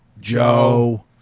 Joe